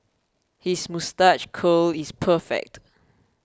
his moustache curl is perfect